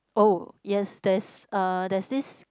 oh yes there's uh there's this